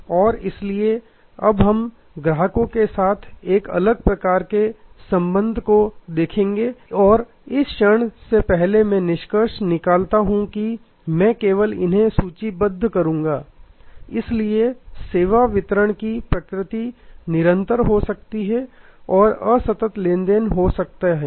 और इसलिए अब हम ग्राहकों के साथ एक अलग प्रकार के संबंध देखेंगे और इस क्षण से पहले मैं निष्कर्ष निकालता हूं कि मैं केवल इन्हें सूचीबद्ध करूंगा इसलिए सेवा वितरण की प्रकृति निरंतर हो सकती है और असतत लेनदेन हो सकता है